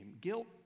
Guilt